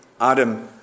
Adam